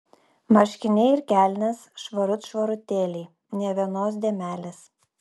marškiniai ir kelnės švarut švarutėliai nė vienos dėmelės